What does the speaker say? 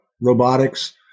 robotics